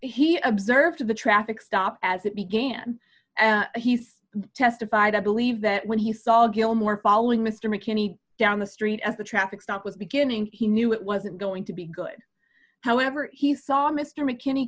he observed with a traffic stop as it began he's testified i believe that when he saw gilmore following mr mckinney down the street at the traffic stop with beginning he knew it wasn't going to be good however he saw mr mckinney